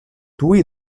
tuj